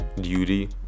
duty